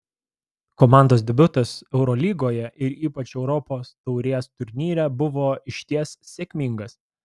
komandos debiutas eurolygoje ir ypač europos taurės turnyre buvo išties sėkmingas